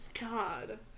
God